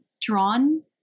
drawn